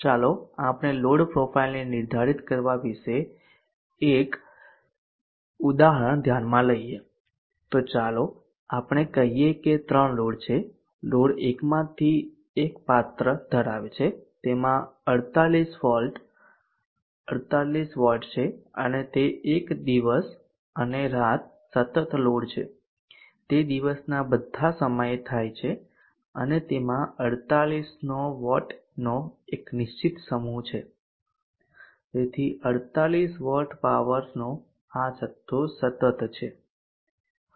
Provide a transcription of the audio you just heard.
ચાલો આપણે લોડ પ્રોફાઇલને નિર્ધારિત કરવા વિશે એક ઉદાહરણ ધ્યાનમાં લઈએ તો ચાલો આપણે કહીએ કે ત્રણ લોડ છે લોડ 1 માંથી એક આ પાત્ર ધરાવે છે તેમાં 48 વોલ્ટ 48 વોટ છે અને તે એક દિવસ અને રાત સતત લોડ છે તે દિવસના બધા સમયે થાય છે અને તેમાં 48 નો વોટનો એક નિશ્ચિત સમૂહ છે તેથી 48 વોટ પાવરનો આ જથ્થો સતત છે